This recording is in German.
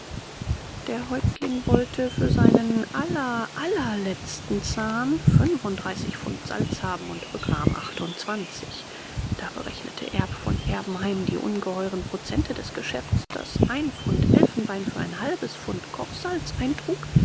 der häuptling wollte für seinen allerallerletzten zahn fünfunddreißig pfund salz haben und bekam achtundzwanzig da berechnete erb von erbenheim die ungeheuren prozente des geschäfts das ein pfund elfenbein für ein halbes pfund kochsalz eintrug